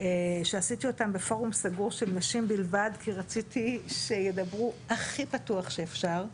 שעשיתי אותם בפורום סגור של נשים בלבד כי רציתי שידברו הכי פתוח שאפשר.